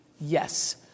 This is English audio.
yes